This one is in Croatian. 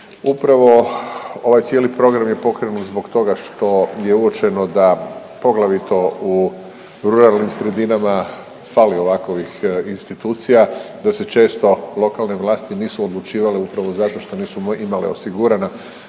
Upravo ovaj cijeli program je pokrenut zbog toga što je uočeno da, poglavito u ruralnim sredinama. fali ovakovih institucija da se često lokalne vlasti nisu odlučivale upravo zato što nisu imale osigurana